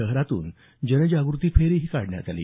शहरातून जनजाग़ती फेरीही काढण्यात आली